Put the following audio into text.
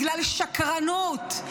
בגלל שקרנות,